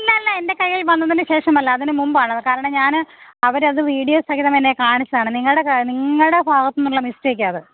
അല്ലല്ല എൻ്റെ കയ്യിൽ വന്നതിനു ശേഷമല്ല അതിന് മുൻപാണത് കാരണം ഞാൻ അവരത് വീഡിയോ സഹിതം എന്നെ കാണിച്ചതാണ് നിങ്ങളുടേതാണ് നിങ്ങളുടെ ഭാഗത്തു നിന്നുള്ള മിസ്റ്റേക്കാണത്